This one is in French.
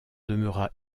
demeura